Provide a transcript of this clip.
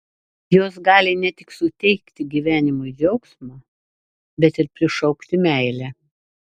jos gali ne tik suteikti gyvenimui džiaugsmo bet ir prišaukti meilę